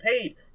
paid